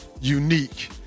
unique